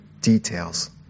details